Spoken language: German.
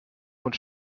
und